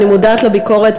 אני מודעת לביקורת,